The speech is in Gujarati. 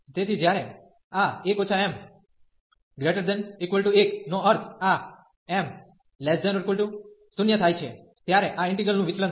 તેથી જ્યારે આ 1 m≥1 નો અર્થ આ m≤0 થાય છે ત્યારે આ ઈન્ટિગ્રલ નું વિચલન થાય છે